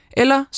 eller